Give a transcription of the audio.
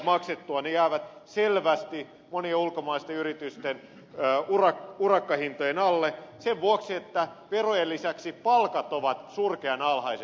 ne jäävät selvästi monien ulkomaisten yritysten urakkahintojen alle sen vuoksi että verojen lisäksi palkat ovat surkean alhaiset